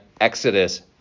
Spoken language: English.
Exodus